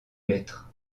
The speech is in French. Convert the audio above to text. lettres